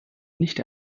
nicht